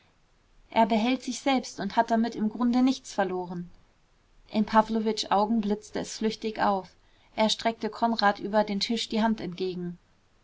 er behält sich selbst und hat damit im grunde nichts verloren in pawlowitsch augen blitzte es flüchtig auf er streckte konrad über dem tisch die hand entgegen